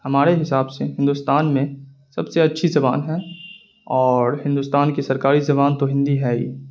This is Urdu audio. ہمارے حساب سے ہندوستان میں سب سے اچھی زبان ہے ارڑ ہندوستان کی سرکاری زبان تو ہندی ہے ہی